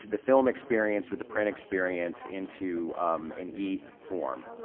the film experience with the print experience into an e form.